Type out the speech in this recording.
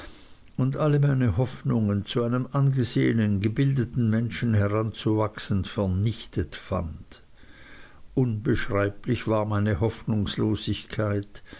und alle meine hoffnungen zu einem angesehenen gebildeten menschen heranzuwachsen vernichtet fand unbeschreiblich war meine hoffnungslosigkeit